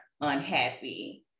unhappy